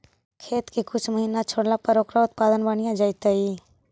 खेत के कुछ महिना छोड़ला पर ओकर उत्पादन बढ़िया जैतइ?